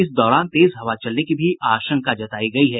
इस दौरान तेज हवा चलने की भी आशंका जतायी गयी है